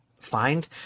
find